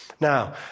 Now